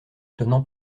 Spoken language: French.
tenant